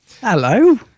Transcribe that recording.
Hello